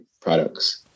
products